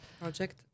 project